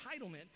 entitlement